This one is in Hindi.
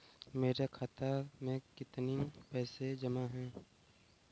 मेरे खाता में कितनी पैसे जमा हैं?